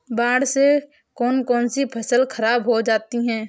बाढ़ से कौन कौन सी फसल खराब हो जाती है?